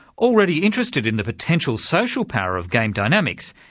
already interested in the potential social power of game dynamics,